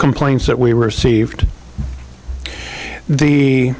complaints that we received the